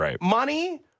Money